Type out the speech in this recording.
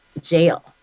jail